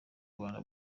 rwanda